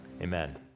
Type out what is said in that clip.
Amen